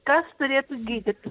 kas turėtų gydyti